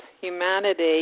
humanity